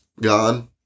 gone